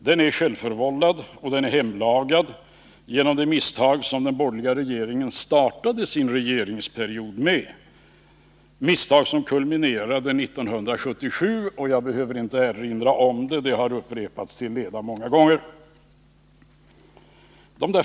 Den är självförvållad och hemlagad genom de misstag som den borgerliga regeringen startade sin regeringsperiod med — misstag som kulminerade 1977. Jag behöver inte erinra om dem, de har upprepats till leda många gånger.